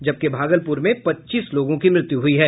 जबकि भागलपुर में पच्चीस लोगों की मृत्यु हुई है